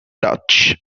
dutch